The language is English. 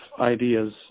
ideas